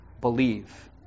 believe